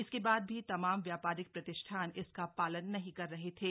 इसके बाद भी तमाम व्यापारिक प्रतिष्ठान इसका पालन नहीं कर रहे थे